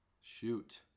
Shoot